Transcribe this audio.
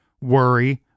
worry